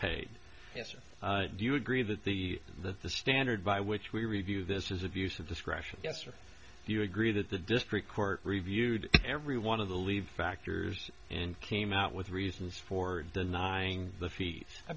or do you agree that the that the standard by which we review this is abuse of discretion yes or do you agree that the district court reviewed every one of the leaves factors and team out with reasons for denying the fee i